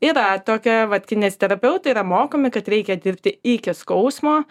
yra tokia vat kineziterapeutai yra mokomi kad reikia dirbti iki skausmo